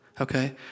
Okay